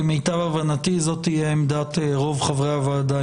למיטב הבנתי זו תהיה עמדת רוב חברי הוועדה,